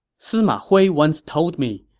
sima hui once told me,